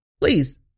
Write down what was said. please